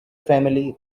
family